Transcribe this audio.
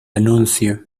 anuncio